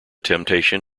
temptation